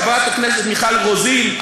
חברת הכנסת מיכל רוזין,